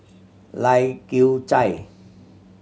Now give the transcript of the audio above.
Lai Kew Chai